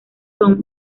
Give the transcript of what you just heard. son